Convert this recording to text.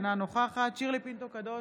אינה נוכחת שירלי פינטו קדוש,